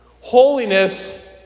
Holiness